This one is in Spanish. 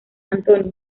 antonio